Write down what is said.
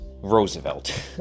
Roosevelt